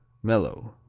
mellow.